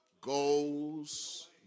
Goals